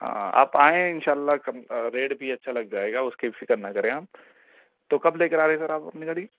ہاں آپ آئیں ان شاء اللہ کم ریٹ بھی اچھا لگ جائے گا اس کی فکر نہ کریں آپ تو کب لے کر آ رہے ہیں سر آپ اپنی گاڑی